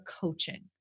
coaching